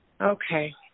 Okay